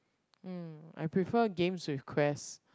mm I prefer games with quest